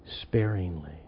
Sparingly